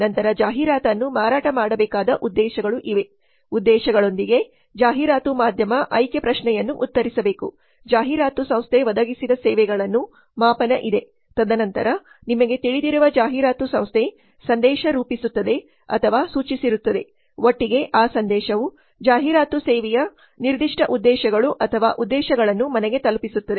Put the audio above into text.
ನಂತರ ಜಾಹೀರಾತನ್ನು ಮಾರಾಟ ಮಾಡಬೇಕಾದ ಉದ್ದೇಶಗಳು ಇವೆ ಉದ್ದೇಶಗಳೊಂದಿಗೆ ಜಾಹೀರಾತು ಮಾಧ್ಯಮ ಆಯ್ಕೆ ಪ್ರಶ್ನೆಯನ್ನು ಉತ್ತರಿಸಬೇಕು ಜಾಹೀರಾತು ಸಂಸ್ಥೆ ಒದಗಿಸಿದ ಸೇವೆಗಳನ್ನು ಮಾಪನ ಇದೆ ತದನಂತರ ನಿಮಗೆ ತಿಳಿದಿರುವ ಜಾಹೀರಾತು ಸಂಸ್ಥೆ ಸಂದೇಶ ರೂಪಿಸುತ್ತದೆ ಅಥವಾ ಸೂಚಿಸಿರುತ್ತದೆ ಒಟ್ಟಿಗೆ ಆ ಸಂದೇಶವು ಜಾಹೀರಾತು ಸೇವೆಯ ನಿರ್ದಿಷ್ಟ ಉದ್ದೇಶಗಳು ಅಥವಾ ಉದ್ದೇಶಗಳನ್ನು ಮನೆಗೆ ತಲುಪಿಸುತ್ತದೆ